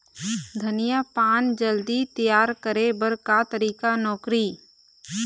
धनिया पान जल्दी तियार करे बर का तरीका नोकरी?